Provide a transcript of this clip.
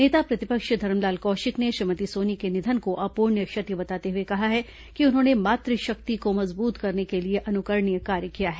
नेता प्रतिपक्ष धरमलाल कौशिक ने श्रीमती सोनी के निधन को अपूरणीय क्षति बताते हुए कहा है कि उन्होंने मातृशक्ति को मजबूत करने के लिए अनुकरणीय कार्य किया है